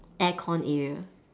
aircon area